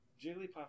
Jigglypuff